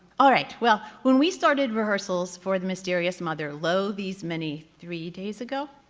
all right well when we started rehearsals for the mysterious mother lo these many three days ago,